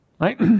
Right